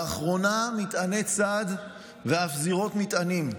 לאחרונה, מטעני צד ואף זירות מטענים.